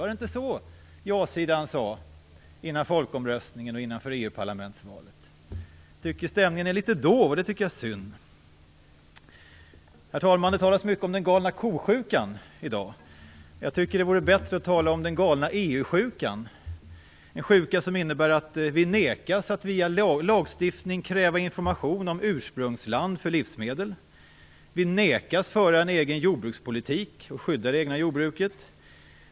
Var det inte så ja-sidan sade innan folkomröstningen och före EU-parlamentsvalet? Jag tycker att stämningen är litet dov. Det tycker jag är synd. Herr talman! Det talas mycket om galna ko-sjukan i dag. Jag tycker att det vore bättre att tala om den galna EU-sjukan, en sjuka som innebär att vi nekas att via lagstiftning kräva information om ursprungsland för livsmedel. Vi nekas föra en egen jordbrukspolitik och skydda det egna jordbruket.